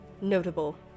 notable